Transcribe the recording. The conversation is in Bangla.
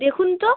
দেখুন তো